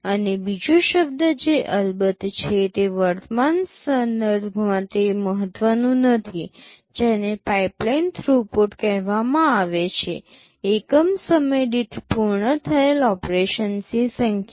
અને બીજો શબ્દ જે અલબત્ત છે તે વર્તમાન સંદર્ભમાં તે મહત્વનું નથી જેને પાઇપલાઇન થ્રુપુટ કહેવામાં આવે છે એકમ સમય દીઠ પૂર્ણ થયેલ ઓપરેશન્સની સંખ્યા